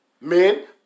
Men